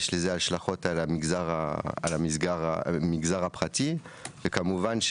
יש לזה השלכות על המגזר הפרטי וכמובן,